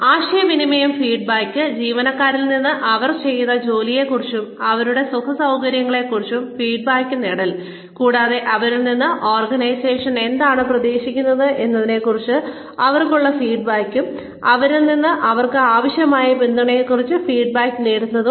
ആശയവിനിമയം ഫീഡ്ബാക്ക് ജീവനക്കാരിൽ നിന്ന് അവർ ചെയ്യുന്ന ജോലിയെ കുറിച്ചും അവരുടെ സുഖസൌകര്യങ്ങളെ കുറിച്ചും ഫീഡ്ബാക്ക് നേടൽ കൂടാതെ അവരിൽ നിന്ന് ഓർഗനൈസേഷൻ എന്താണ് പ്രതീക്ഷിക്കുന്നത് എന്നതിനെ കുറിച്ച് അവർക്കുള്ള ഫീഡ്ബാക്കും അവരിൽ നിന്ന് അവർക്ക് ആവശ്യമായ പിന്തുണയെക്കുറിച്ച് ഫീഡ്ബാക്ക് തേടുന്നതും